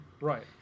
Right